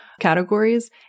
categories